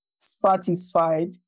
satisfied